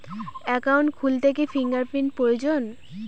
Account খুলতে কি finger print প্রয়োজন?